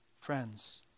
Friends